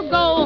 go